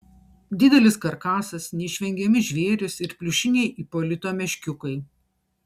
didelis karkasas neišvengiami žvėrys ir pliušiniai ipolito meškiukai